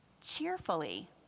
cheerfully